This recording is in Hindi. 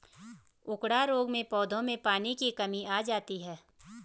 उकडा रोग में पौधों में पानी की कमी आ जाती है